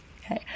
Okay